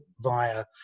via